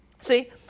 See